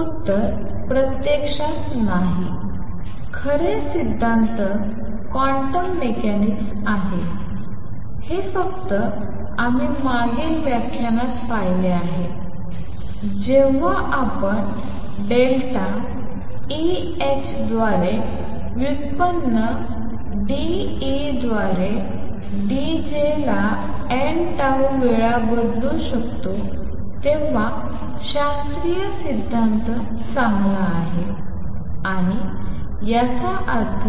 उत्तर प्रत्यक्षात नाही खरे सिद्धांत क्वांटम मेकॅनिक्स आहे हे फक्त आम्ही मागील व्याख्यानात पाहिले आहे जेव्हा आपण delta E h द्वारे व्युत्पन्न d E द्वारे d j ला n tau वेळा बदलू शकतो तेव्हा शास्त्रीय सिद्धांत चांगला आहे आणि याचा अर्थ